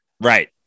Right